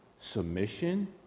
submission